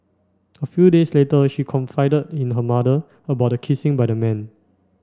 a few days later she confided in her mother about the kissing by the man